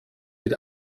mit